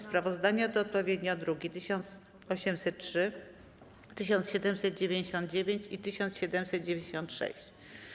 Sprawozdania to odpowiednio druki nr 1803, 1799 i 1796.